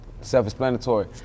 self-explanatory